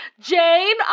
Jane